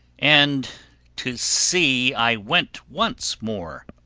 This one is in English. and to sea i went once more.